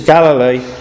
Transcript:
Galilee